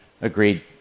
agreed